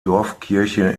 dorfkirche